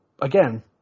again